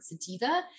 sativa